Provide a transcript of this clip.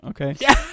okay